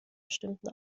bestimmten